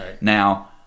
Now